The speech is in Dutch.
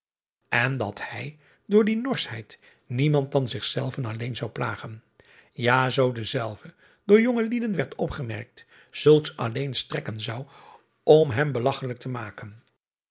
en dat hij door die norschheid niemand dan zich zelven alleen zou plagen ja zoo dezelve door jonge lieden werd opgemerkt zulks alleen strekken zou om hem belagchelijk te maken